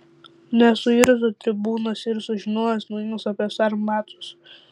nesuirzo tribūnas ir sužinojęs naujienas apie sarmatus